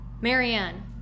Marianne